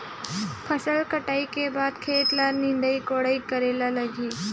फसल कटाई के बाद खेत ल निंदाई कोडाई करेला लगही?